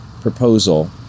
proposal